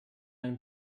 ein